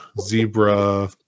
zebra